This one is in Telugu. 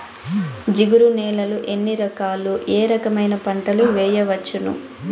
జిగురు నేలలు ఎన్ని రకాలు ఏ రకమైన పంటలు వేయవచ్చును?